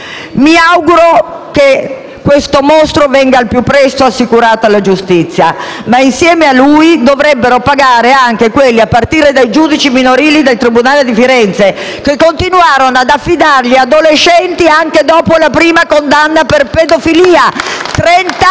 Mi auguro che questo mostro venga al più presto assicurato alla giustizia, ma insieme a lui dovrebbero pagare anche gli altri, a partire dai giudici del tribunale dei minori di Firenze, che continuarono ad affidargli adolescenti anche dopo la prima condanna per pedofilia,